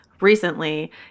recently